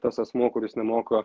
tas asmuo kuris nemoka